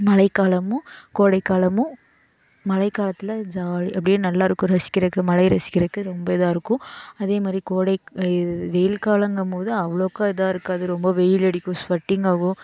மழைக்காலமும் கோடைக்காலமும் மழைக்காலத்தில் ஜாலி அப்படியே நல்லாருக்கும் ரசிக்கிறக்கு மழையை ரசிக்கிறக்கு ரொம்ப இதாக இருக்கும் அதே மாதிரி கோடைக் இது வெயில்காலங்கம் போது அவ்வளோக்கா இதாக இருக்காது ரொம்ப வெயில் அடிக்கும் ஸ்வெட்டிங்காவும்